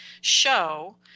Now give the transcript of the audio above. show